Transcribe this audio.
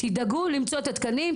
תמצאו תקנים,